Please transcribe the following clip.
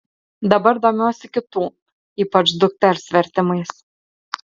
dabar domiuosi kitų ypač dukters vertimais